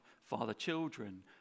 father-children